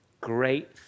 great